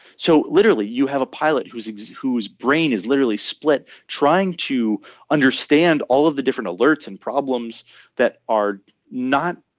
so literally you have a pilot who's whose brain is literally split trying to understand all of the different alerts and problems that are not